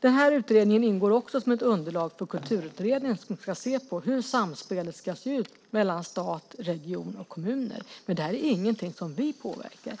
Den utredningen ingår också som ett underlag för Kulturutredningen, som ska se på hur samspelet ska se ut mellan stat, regioner och kommuner. Men det är ingenting som vi påverkar.